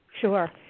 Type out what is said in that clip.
Sure